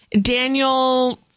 Daniel